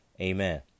Amen